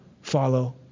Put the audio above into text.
follow